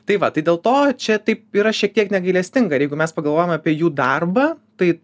tai va tai dėl to čia taip yra šiek tiek negailestinga ir jeigu mes pagalvojome apie jų darbą tai